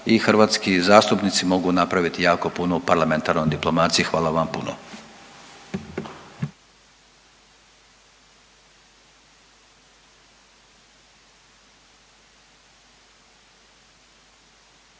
hrvatski zastupnici mogu napraviti jako puno u parlamentarnoj diplomaciji, hvala vam puno. **Sanader,